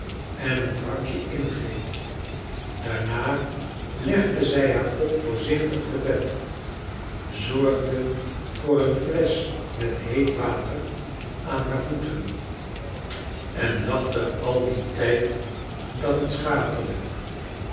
en een drankje ingeeft daarna legde zij haar pop voorzichtig te bed zorgde voor een flesch met heet water aan haar voeten en achte al dien tijd dat het schaterde